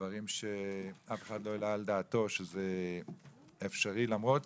דברים שאף אחד לא העלה על דעתו שזה אפשרי, למרות